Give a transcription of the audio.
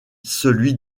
celui